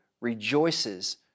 rejoices